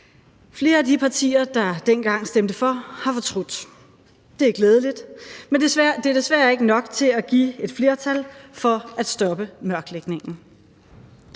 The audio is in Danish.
Flere af de partier, der dengang stemte for, har fortrudt. Det er glædeligt, men det er desværre ikke nok til at give et flertal for at stoppe mørklægningen.